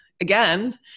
again